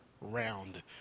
round